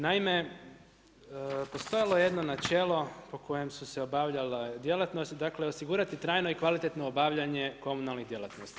Naime, postojalo je jedno načelo, po kojem su se obavljale djelatnosti, dakle, osigurati, trajno i kvalitetno obavljanje komunalnih djelatnosti.